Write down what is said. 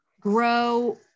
grow